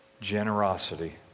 Generosity